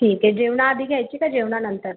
ठीक आहे जेवणाआधी घ्यायची काय जेवणानंतर